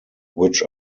which